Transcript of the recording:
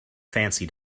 fancy